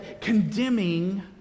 condemning